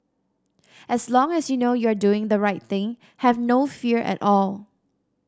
as long as you know you are doing the right thing have no fear at all